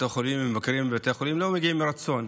החולים ומבקרים בבתי חולים לא מגיעים מרצון.